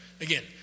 Again